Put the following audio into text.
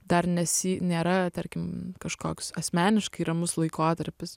dar nesi nėra tarkim kažkoks asmeniškai ramus laikotarpis